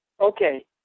Okay